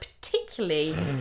particularly